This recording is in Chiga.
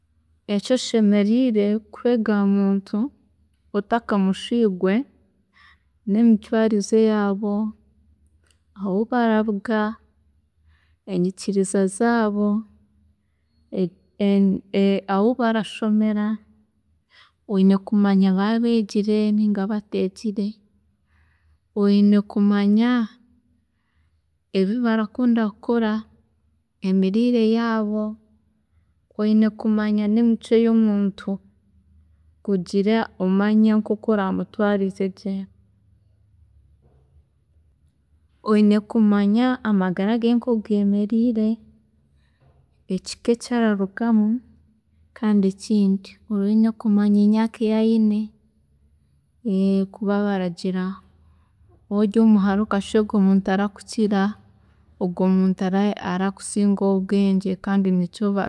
﻿Eki oshemeriire kwega ahamuntu otakamushwiirwe nemitwaarize yaabo, ahu bararuga, enyikiriza zaabo, ahu barashomera, oyine kumanya yaaba begire ninga bateegire, oyine kumanya ebi barakunda kukora, emiriire yaabo, oyine kumanya nemicwe yomuntu kugira omanye nkoku oramutwaarize gye, oyine kumanya amagara geeye nkoku geemeriire, ekika eki ararugamu kandi ekindi oyine kumanya emyaaka eyi ayine kuba baragira waaba ori omuhara okashweerwa omuntu orakukira, ogwe muntu ara- araba arakukiza obwengye kandi nikyo bari.